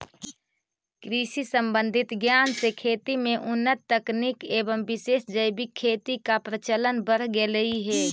कृषि संबंधित ज्ञान से खेती में उन्नत तकनीक एवं विशेष जैविक खेती का प्रचलन बढ़ गेलई हे